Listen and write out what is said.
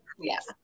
Yes